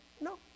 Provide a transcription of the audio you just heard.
No